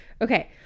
okay